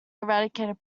eradicated